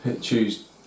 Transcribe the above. choose